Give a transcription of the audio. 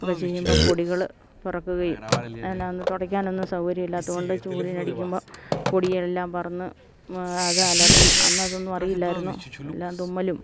ഒക്കെ ചെയ്യുമ്പം പൊടികള് പറക്കുകയും എല്ലാം ഒന്ന് തുടയ്ക്കാനൊന്നും സൗകര്യം ഇല്ലാത്ത കൊണ്ട് ചൂലിനടിക്കുമ്പം പൊടിയെല്ലാം പറന്ന് അത് അലർജിയും അന്നതൊന്നും അറിയില്ലായിരുന്നു എല്ലാം തുമ്മലും